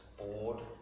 bored